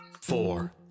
four